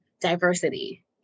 diversity